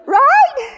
right